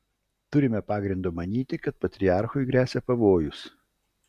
turime pagrindo manyti kad patriarchui gresia pavojus